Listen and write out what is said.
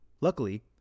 Luckily